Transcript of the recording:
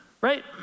right